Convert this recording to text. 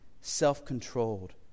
self-controlled